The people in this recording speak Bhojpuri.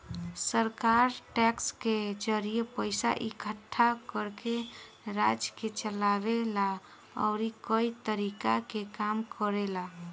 सरकार टैक्स के जरिए पइसा इकट्ठा करके राज्य के चलावे ला अउरी कई तरीका के काम करेला